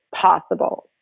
possible